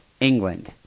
England